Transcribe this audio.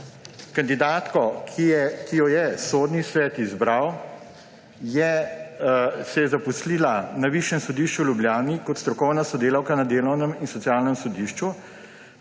Kandidatka, ki jo je Sodni svet izbral, se je zaposlila na Višjem sodišču v Ljubljani kot strokovna sodelavka na Delovnem in socialnem sodišču,